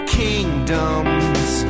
kingdoms